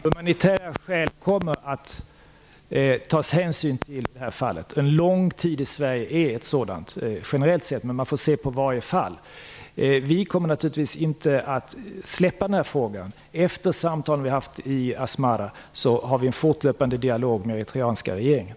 Herr talman! Man kommer att ta hänsyn till humanitära skäl i det här fallet. En lång tids vistelse i Sverige är generellt sett ett sådant skäl. Man får dock se till varje enskilt fall. Vi kommer naturligtvis inte att släppa den här frågan. Efter de samtal vi har haft i Asmara har vi en fortlöpande dialog med den eritreanska regeringen.